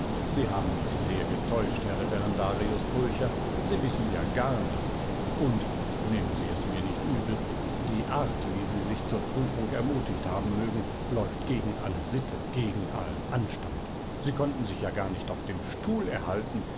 sie haben mich sehr getäuscht herr referendarius pulcher sie wissen ja gar nichts und nehmen sie es mir nicht übel die art wie sie sich zur prüfung ermutigt haben mögen läuft gegen alle sitte gegen allen anstand sie konnten sich ja gar nicht auf dem stuhl erhalten